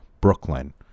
Brooklyn